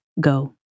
go